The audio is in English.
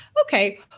okay